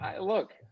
look